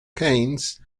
keynes